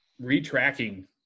retracking